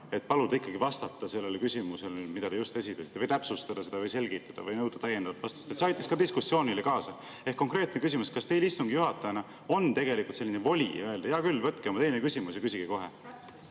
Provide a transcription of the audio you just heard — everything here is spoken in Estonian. et paluda ikkagi vastata sellele küsimusele, mille te just esitasite, või täpsustada, selgitada või nõuda täiendavat vastust."? See aitaks diskussioonile kaasa. Konkreetne küsimus: kas teil istungi juhatajana on tegelikult selline voli öelda, et hea küll, võtke oma teine küsimus ja küsige kohe?